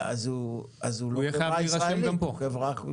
הוא יהיה חייב להירשם גם כאן.